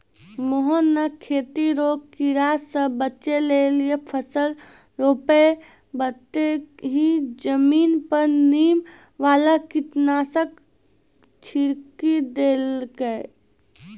मोहन नॅ खेती रो कीड़ा स बचै लेली फसल रोपै बक्ती हीं जमीन पर नीम वाला कीटनाशक छिड़की देलकै